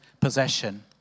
possession